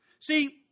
See